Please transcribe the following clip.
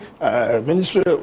Ministry